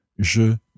Je